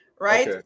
right